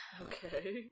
Okay